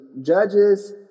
Judges